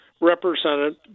represented